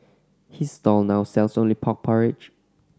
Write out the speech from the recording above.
his stall now sells only pork porridge